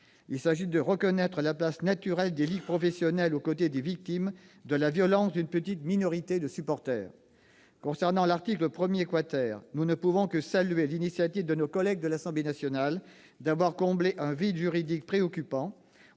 Il s'agit de reconnaître la place naturelle des ligues professionnelles aux côtés des victimes de la violence d'une petite minorité de supporters. Concernant l'article 1 , nous ne pouvons que saluer l'initiative de nos collègues de l'Assemblée nationale d'avoir comblé un vide juridique préoccupant,